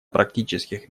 практических